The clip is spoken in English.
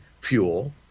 fuel